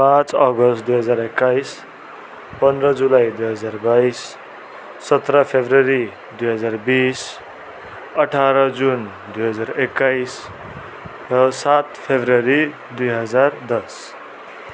पाँच अगस्त दुई हजार एक्काइस पन्ध्र जुलाई दुई हजार बाइस सत्र फरवरी दुई हजार बिस अठाह्र जुन दुई हजार एक्काइस र सात फरवरी दुई हजार दस